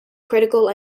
critical